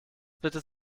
bitte